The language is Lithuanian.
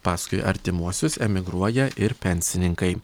paskui artimuosius emigruoja ir pensininkai